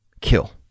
Kill